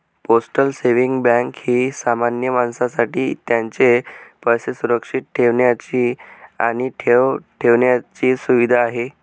postal saving bank ही सामान्य माणसासाठी त्यांचे पैसे सुरक्षित ठेवण्याची आणि ठेव ठेवण्याची सुविधा आहे